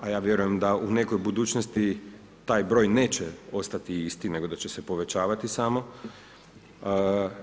A ja vjerujem, da u nekoj budućnosti, taj broj neće ostati isti, nego da će se povećavati samo,